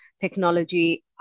technology